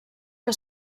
que